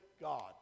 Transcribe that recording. God